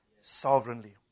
sovereignly